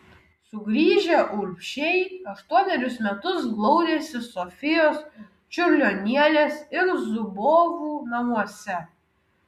sugrįžę urbšiai aštuonerius metus glaudėsi sofijos čiurlionienės ir zubovų namuose